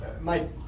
Mike